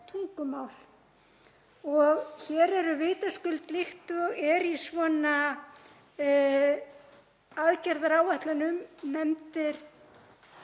Hér eru vitaskuld, líkt og er í svona aðgerðaáætlunum, nefnd